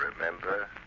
Remember